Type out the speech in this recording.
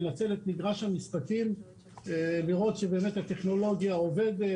לנצל את מגרש המשחקים ולראות שבאמת הטכנולוגיה עובדת,